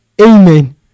Amen